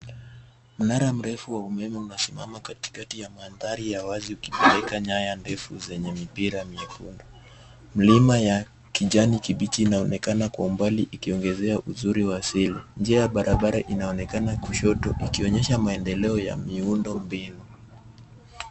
Mnara mrefu wa umeme unasimama katikati ya mandhari ya wazi ukipeleka nyaya ndefu zenye mipira myekundu. Milima ya kijani kibichi inaonekana kwa umbali ikiongezea uzuri wa asili. Njia ya barabara inaonekana kushoto ikionyesha maendeleo ya miundombinu.